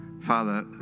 Father